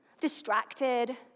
distracted